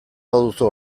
baduzu